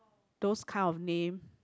those kind of name